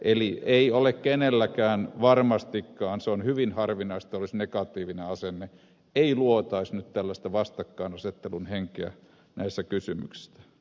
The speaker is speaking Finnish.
eli ei ole kenelläkään varmastikaan negatiivista asennetta tai se on hyvin harvinaista niin että ei luotaisi nyt tällaista vastakkainasettelun henkeä näissä kysymyksissä